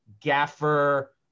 gaffer